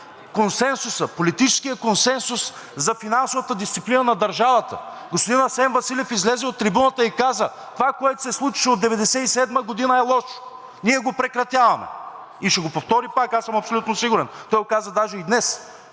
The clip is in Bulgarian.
разрушен политическият консенсус за финансовата дисциплина на държавата. Господин Асен Василев излезе от трибуната и каза: „Това, което се случваше от 1997 г., е лошо. Ние го прекратяваме.“ Ще го повтори пак и аз съм абсолютно сигурен, той го каза даже и днес.